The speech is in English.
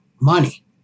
money